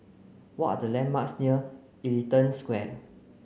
what are the landmarks near Ellington Square